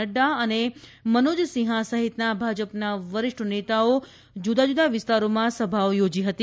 નક્રા અને મનોજસિંહા સહિતના ભાજપના વરિષ્ઠ નેતાઓ જુદા જૂદા વિસ્તારોમાં સભાઓ યોજી હતી